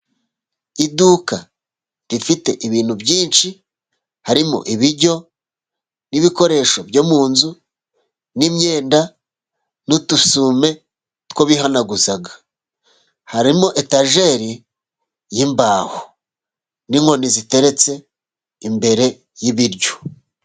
Iduka rifite ibintu byinshi, harimo ibiryo n'ibikoresho byo mu nzu, n'imyenda, n'udusume two bihanaguza harimo etajeri y' imbaho n'inkoni ziteretse imbere y'ibiryo.